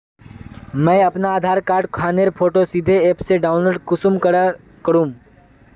मुई अपना आधार कार्ड खानेर फोटो सीधे ऐप से डाउनलोड कुंसम करे करूम?